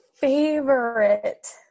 favorite